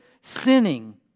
sinning